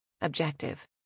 objective